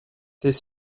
t’es